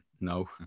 No